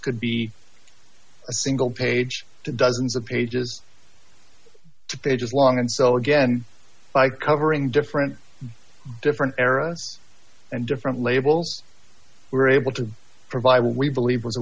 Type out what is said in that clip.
could be a single page to dozens of pages to pages long and so again by covering different different era and different labels we're able to provide what we believe was a